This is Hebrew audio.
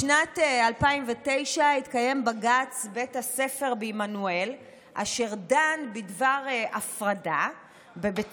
בשנת 2009 התקיים בג"ץ בית הספר בעמנואל אשר דן בדבר הפרדה בבית